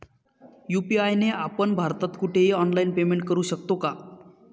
UPI ने आपण भारतात कुठेही ऑनलाईन पेमेंट करु शकतो का?